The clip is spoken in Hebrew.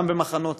גם במחנות צה"ל.